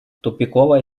тупиковая